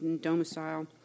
domicile